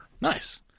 Nice